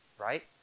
right